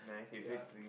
ya